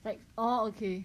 like oh okay